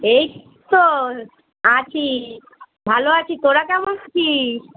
এই তো আছি ভালো আছি তোরা কেমন আছিস